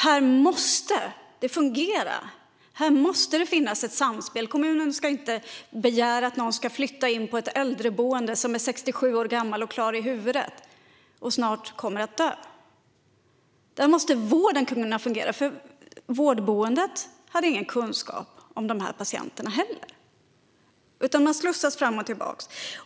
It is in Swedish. Här måste det fungera! Här måste det finnas ett samspel! Kommunen ska inte begära att någon som är 67 år gammal, som är klar i huvudet och som snart kommer att dö ska flytta in på ett äldreboende. Här måste vården kunna fungera. Vårdboendet hade heller ingen kunskap om de här patienterna. Man slussas fram och tillbaka.